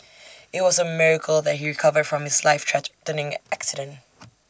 IT was A miracle that he recovered from his life threatening accident